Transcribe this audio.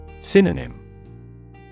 Synonym